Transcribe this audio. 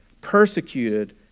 persecuted